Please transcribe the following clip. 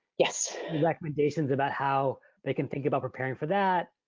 yes. the recommendations about how they can think about preparing for that,